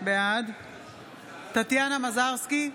בעד טטיאנה מזרסקי,